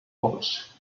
coach